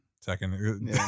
Second